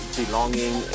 belonging